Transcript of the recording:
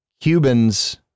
Cubans